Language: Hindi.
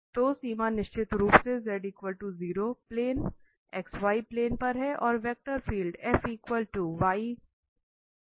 तो सीमा निश्चित रूप से z 0 प्लेन xy प्लेन पर है और वेक्टर फील्ड द्वारा दी जाती है